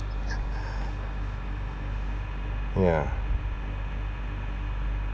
ya